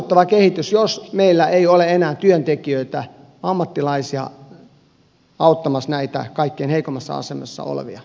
tämä on huolestuttava kehitys jos meillä ei ole enää työntekijöitä ammattilaisia auttamassa näitä kaikkein heikoimmassa asemassa olevia